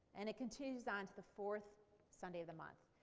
and it continues on to the fourth sunday of the month.